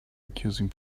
accusing